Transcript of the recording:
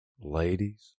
ladies